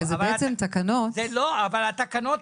הרי אלה בעצם תקנות -- אבל בתקנות